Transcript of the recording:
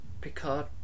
Picard